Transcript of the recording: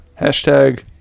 Hashtag